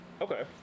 okay